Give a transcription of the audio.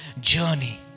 journey